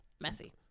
messy